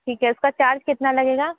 ठीक है उसका चार्ज कितना लगेगा